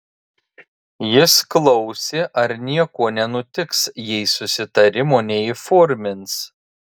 jis klausė ar nieko nenutiks jei susitarimo neįformins